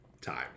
time